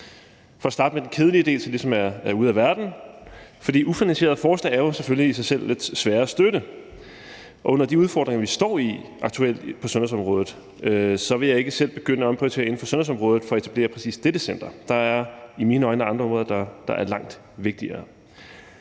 For at starte med den kedelige del, så det ligesom er ude af verden, vil jeg sige, at ufinansierede forslag i sig selv jo selvfølgelig er lidt svære at støtte, og med de udfordringer, vi står i aktuelt på sundhedsområdet, vil jeg ikke selv begynde at omprioritere inden for sundhedsområdet for at etablere præcis dette center, for der er i mine øjne andre områder, der er langt vigtigere.